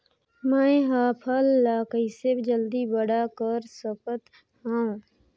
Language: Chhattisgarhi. मैं ह फल ला कइसे जल्दी बड़ा कर सकत हव?